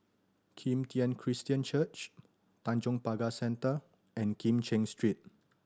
Kim Tian Christian Church Tanjong Pagar Centre and Kim Cheng Street